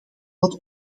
wat